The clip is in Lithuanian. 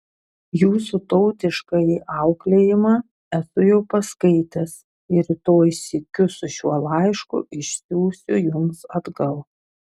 jūsų tautiškąjį auklėjimą esu jau paskaitęs ir rytoj sykiu su šiuo laišku išsiųsiu jums atgal